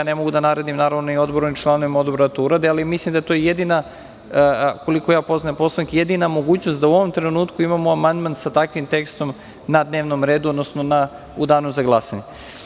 Ne mogu da naredim ni Odboru ni članovima Odbora da to urade, ali koliko poznajem Poslovnik mislim da je to jedina mogućnost da u ovom trenutku imamo amandman sa takvim tekstom na dnevnom redu, odnosno u Danu za glasanje.